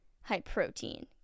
high-protein